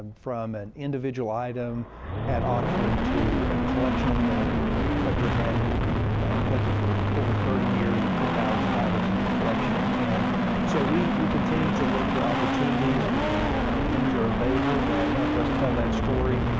from an individual item at auction to a collection a collector had collected for over thirty years of ten thousand items in his collection. and so we, we continue to look for opportunities when things are available that help us tell that story.